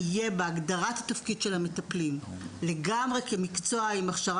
איכשהו יש פרות קדושות שמפחדים לגעת בהן.